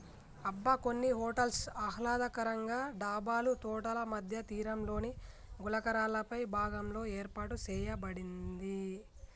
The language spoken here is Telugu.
అబ్బ కొన్ని హోటల్స్ ఆహ్లాదకరంగా డాబాలు తోటల మధ్య తీరంలోని గులకరాళ్ళపై భాగంలో ఏర్పాటు సేయబడింది